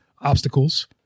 obstacles